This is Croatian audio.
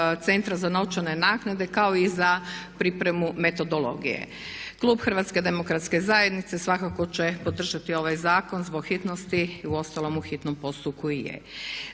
centra za novčane naknade kao i za pripremu metodologije. Klub Hrvatske demokratske zajednice svakako će podržati ovaj zakon zbog hitnosti i uostalom u hitnom postupku i je.